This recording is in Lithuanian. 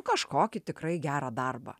kažkokį tikrai gerą darbą